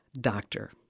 doctor